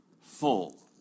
full